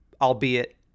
albeit